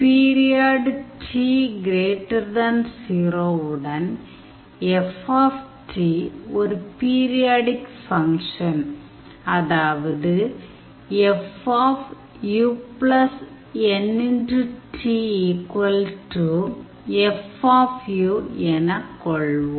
period T0 வுடன் F ஒரு periodic function அதாவது Fu nT F எனக் கொள்வோம்